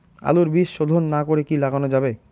আলুর বীজ শোধন না করে কি লাগানো যাবে?